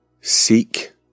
Seek